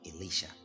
Elisha